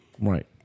Right